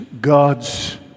God's